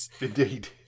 Indeed